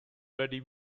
ready